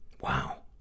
wow